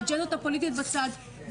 את האג'נדות הפוליטיות בצד,